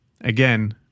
again